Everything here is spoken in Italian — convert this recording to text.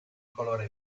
colore